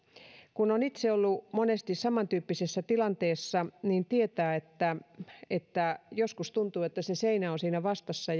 kun on itse ollut monesti samantyyppisessä tilanteessa niin tietää että että joskus tuntuu että se seinä on siinä vastassa